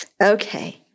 Okay